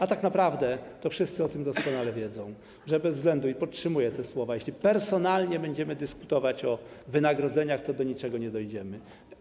A tak naprawdę to wszyscy o tym doskonale wiedzą - i podtrzymuję te słowa - że jeśli personalnie będziemy dyskutować o wynagrodzeniach, to do niczego nie dojdziemy.